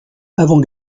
avant